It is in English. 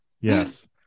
Yes